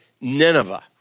Nineveh